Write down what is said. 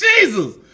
Jesus